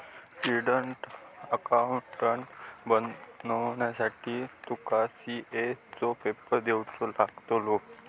chartered accountant बनुसाठी तुका CA चो पेपर देवचो लागतलो